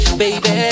baby